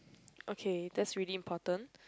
okay that's really important